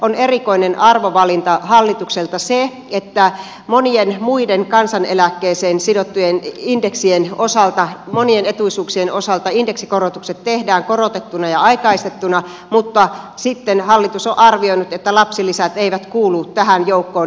on erikoinen arvovalinta hallitukselta se että monien muiden kansaneläkkeeseen sidottujen indeksien osalta monien etuisuuksien osalta indeksikorotukset tehdään korotettuina ja aikaistettuina mutta hallitus on arvioinut että lapsilisät eivät kuulu tähän joukkoon